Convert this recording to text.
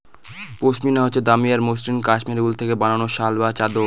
পশমিনা হচ্ছে দামি আর মসৃণ কাশ্মীরি উল থেকে বানানো শাল বা চাদর